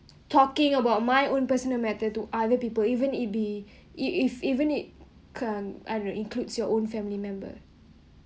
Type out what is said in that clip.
talking about my own personal matter to other people even it be it if even it can I don't know includes your own family member